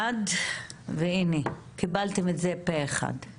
הצבעה בעד בעד, והנה קיבלתם את זה פה אחד.